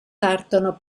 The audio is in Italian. partono